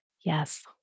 Yes